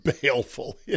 Baleful